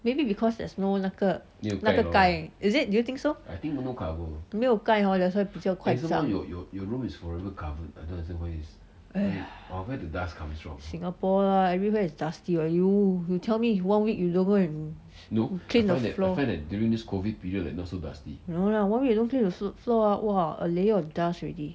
maybe because there's no 那个那个盖 is it do you think so 没有盖 hor that's why 比较快脏 !aiya! singapore everywhere is dusty [what] you you tell me one week you don't go and clean the floor no lah one week you don't clean the floor ah a layer of dust already